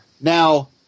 now